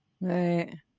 right